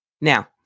Now